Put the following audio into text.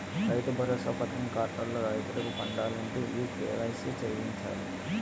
రైతు భరోసా పథకం ఖాతాల్లో రైతులకు పడాలంటే ఈ కేవైసీ చేయించాలి